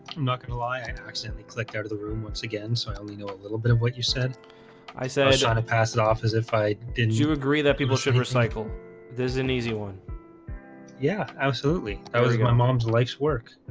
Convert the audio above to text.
not gonna lie. i accidentally clicked out of the room once again so i know a little bit of what you said i said trying to pass it off as if i did you agree that people should recycle there's an easy one yeah, absolutely. i was my mom's life's work.